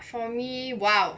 for me !wow!